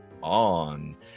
on